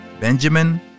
Benjamin